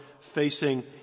facing